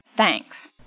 Thanks